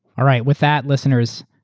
all right. with that, listeners,